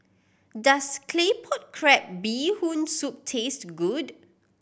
does Claypot Crab Bee Hoon Soup taste good